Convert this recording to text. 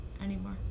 anymore